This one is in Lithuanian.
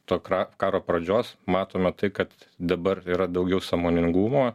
to kra karo pradžios matome tai kad dabar yra daugiau sąmoningumo